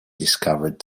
discovered